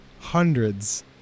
hundreds